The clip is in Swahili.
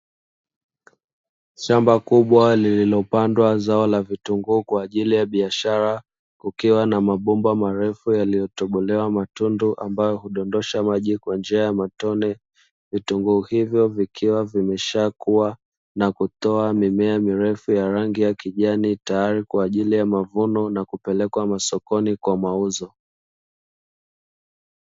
Shamba kubwa lililopandwa zao la vitunguu kwa ajili ya biashara, kukiwa na mabomba marefu yaliyotobolewa matundu ambayo hudondosha maji kwa njia ya matone, vitunguu hivyo vikiwa vimeshakuwa na kutoa mimea mirefu ya rangi ya kijani, tayari kwa ajili ya mavuno na kupelekwa masokoni kwa mauzo.